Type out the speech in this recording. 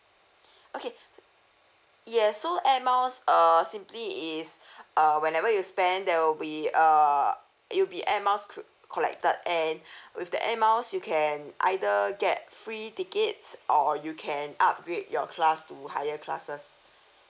okay yes so airmiles err simply is uh whenever you spend there will be err it will be airmiles co~ collected and with the airmiles you can either get free tickets or you can upgrade your class to higher classes